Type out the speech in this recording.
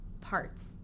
parts